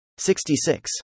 66